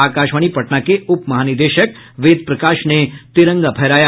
आकाशवाणी पटना के उप महानिदेशक वेद प्रकाश ने तिरंगा फहराया